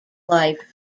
life